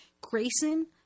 Grayson